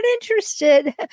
interested